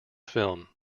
film